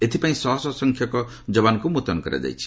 ଏଥିପାଇଁ ଶହ ଶହ ସଂଖ୍ୟକ ଯବାନମାନଙ୍କୁ ମ୍ରତ୍ୟନ କରାଯାଇଛି